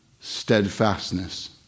steadfastness